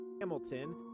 Hamilton